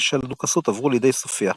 של הדוכסות עברו לידי סופיה.